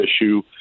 issue